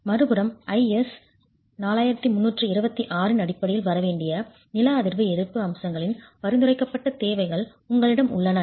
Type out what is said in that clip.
மறுபுறம் IS 4326 இன் அடிப்படையில் வர வேண்டிய நில அதிர்வு எதிர்ப்பு அம்சங்களின் பரிந்துரைக்கப்பட்ட தேவைகள் உங்களிடம் உள்ளன